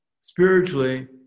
spiritually